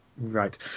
Right